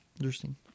Interesting